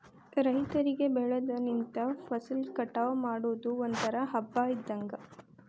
ರೈತರಿಗೆ ಬೆಳದ ನಿಂತ ಫಸಲ ಕಟಾವ ಮಾಡುದು ಒಂತರಾ ಹಬ್ಬಾ ಇದ್ದಂಗ